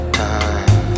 time